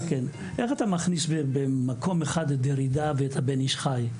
איך אתה מכניס במקום אחד את דרידה ואת הבן איש חי?